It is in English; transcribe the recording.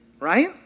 right